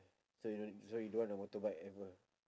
so you don't so you don't want a motorbike ever